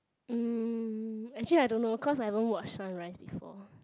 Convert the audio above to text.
mm actually I don't know cause I don't watch sunrise before